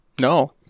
No